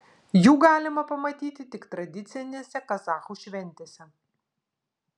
jų galima pamatyti tik tradicinėse kazachų šventėse